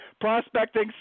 Prospecting